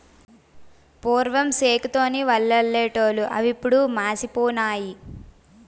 పూర్వం సేకు తోని వలలల్లెటూళ్లు అవిప్పుడు మాసిపోనాయి